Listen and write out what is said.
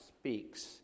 speaks